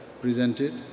Presented